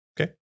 Okay